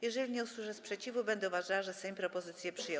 Jeżeli nie usłyszę sprzeciwu, będę uważała, że Sejm propozycję przyjął.